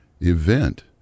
event